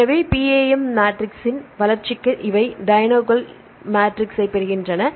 எனவே PAM மேட்ரிக்ஸின் வளர்ச்சிக்கு இவை டையஃக்னல் மேட்ரிக்ஸைப் பெறுகின்றன